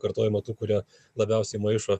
kartojama tų kurie labiausiai maišo